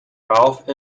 ralph